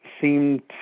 seemed